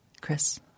Chris